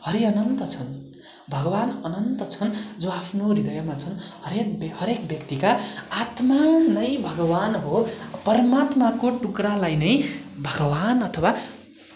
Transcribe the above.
हरि अनन्त छन् भगवान् अनन्त छन् जो आफ्नो हृदयमा छन् हरेक हरेक व्यक्तिका आत्मा नै भगवान् हो परमात्माको टुक्रालाई नै भगवान् अथवा